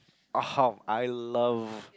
oh I love